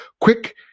quick